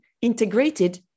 integrated